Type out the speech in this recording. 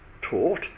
taught